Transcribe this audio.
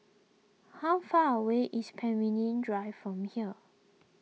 how far away is Pemimpin Drive from here